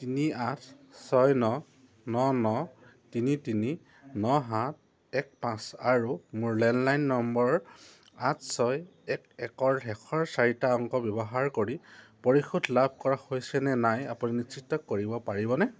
তিনি আঠ ছয় ন ন ন তিনি তিনি ন সাত এক পাঁচ আৰু মোৰ লেণ্ডলাইন নম্বৰ আঠ ছয় এক একৰ শেষৰ চাৰিটা অংক ব্যৱহাৰ কৰি পৰিশোধটো লাভ কৰা হৈছে নে নাই আপুনি নিশ্চিত কৰিব পাৰিবনে